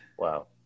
Wow